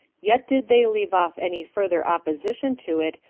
yet did they leave off any further opposition to it,